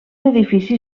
edifici